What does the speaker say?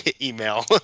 email